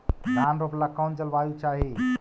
धान रोप ला कौन जलवायु चाही?